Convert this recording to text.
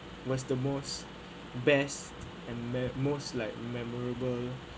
what's the most best and me~ most like memorable